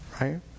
right